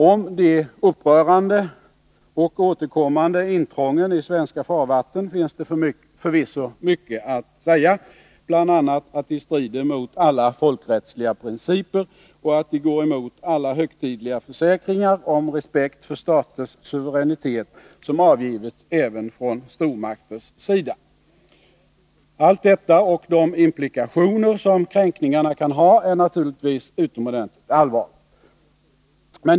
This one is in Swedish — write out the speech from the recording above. Om de upprörande — och återkommande — intrången i svenska farvatten finns det förvisso mycket att säga, bl.a. att de strider mot alla folkrättsliga principer, och att de går emot alla högtidliga försäkringar om respekt för staters suveränitet som avgivits även från stormakters sida. Allt detta och de implikationer som kränkningarna kan ha är naturligtvis utomordentligt allvarligt.